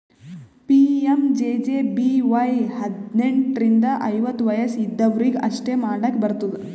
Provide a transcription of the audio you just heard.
PMJJBY ಹದ್ನೆಂಟ್ ರಿಂದ ಐವತ್ತ ವಯಸ್ ಇದ್ದವ್ರಿಗಿ ಅಷ್ಟೇ ಮಾಡ್ಲಾಕ್ ಬರ್ತುದ